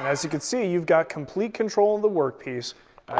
as you can see, you've got complete control of the work piece